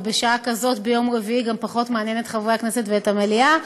ובשעה כזאת ביום רביעי גם פחות מעניין את חברי הכנסת ואת המליאה,